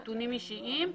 נתונים אישיים,